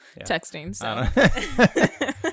texting